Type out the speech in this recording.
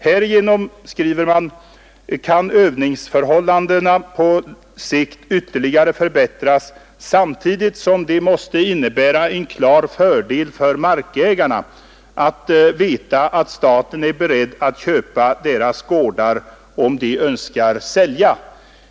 Härigenom kan övningsförhållandena på sikt ytterligare förbättras samtidigt som det måste innebära en klar fördel för markägarna att veta att staten är beredd att köpa deras gårdar, om de önskar sälja.